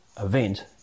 event